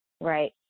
Right